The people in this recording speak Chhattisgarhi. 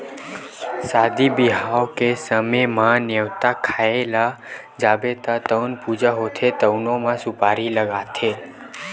सादी बिहाव के समे म, नेवता खाए ल जाबे त जउन पूजा होथे तउनो म सुपारी लागथे